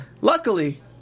Luckily